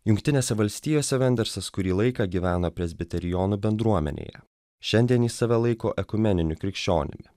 jungtinėse valstijose vendersas kurį laiką gyveno presbiterionų bendruomenėje šiandien jis save laiko ekumeniniu krikščionimi